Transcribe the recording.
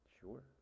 Sure